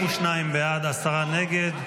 92 בעד, עשרה נגד.